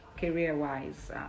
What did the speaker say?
career-wise